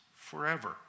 forever